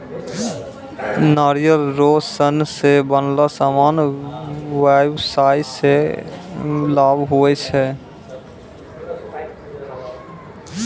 नारियल रो सन रो बनलो समान व्याबसाय मे लाभ हुवै छै